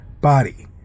body